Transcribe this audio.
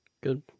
Good